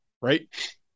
right